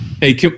Hey